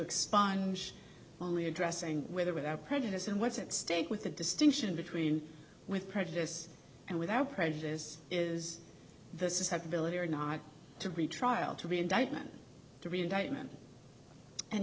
expunge only addressing with or without prejudice and what's at stake with the distinction between with prejudice and without prejudice is the susceptibility or not to be trial to be indictment to be indictment and